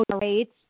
rates